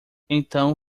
então